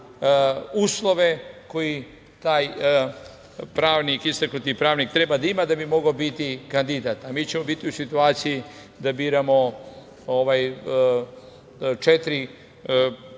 uslove koji taj istaknuti pravnik treba da ima da bi mogao biti kandidat, a mi ćemo biti u situaciji da biramo četiri člana